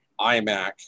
iMac